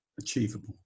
achievable